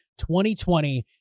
2020